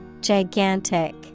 Gigantic